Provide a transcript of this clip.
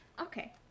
Okay